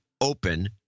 open